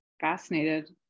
fascinated